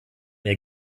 ihr